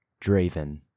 Draven